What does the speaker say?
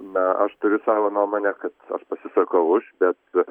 na aš turiu savo nuomonę kad aš pasisakau už bet